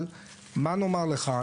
אבל מה נאמר לך,